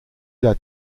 della